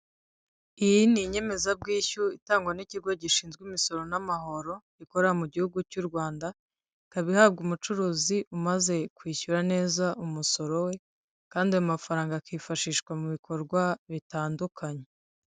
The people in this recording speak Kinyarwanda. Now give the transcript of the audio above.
Iyi ni inyemezabwishyu itangwa n'ikigo gishinzwe imisoro n'amahoro, gikorera mu gihugu cy'u Rwanda, ikaba ihabwa umucuruzi umaze kwishyura neza umusoro we kandi ayo mafaranga akifashishwa mu bikorwa bitandukanye.